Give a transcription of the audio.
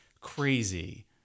crazy